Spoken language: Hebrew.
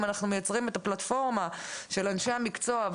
אם אנחנו מייצרים את הפלטפורמה של אנשי המקצוע,